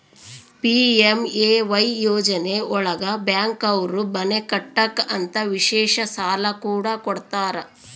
PMAY ಯೋಜನೆ ಒಳಗ bank ಅವ್ರು ಮನೆ ಕಟ್ಟಕ್ ಅಂತ ವಿಶೇಷ ಸಾಲ ಕೂಡ ಕೊಡ್ತಾರ